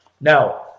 Now